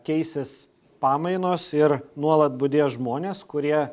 keisis pamainos ir nuolat budės žmonės kurie